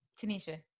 Tanisha